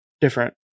different